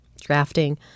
drafting